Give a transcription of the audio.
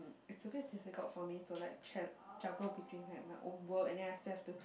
it's a bit difficult for me to like cha~ juggle between like my own work and then after I still have to